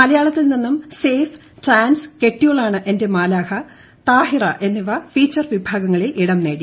മലയാളത്തിൽ നിന്നും Safe Trance കെട്ട്യോളാണ് എന്റെ മാലാഖ താഹിറ എന്നിവ ഫീച്ചർ വിഭാഗത്തിൽ ഇടം നേടി